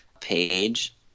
page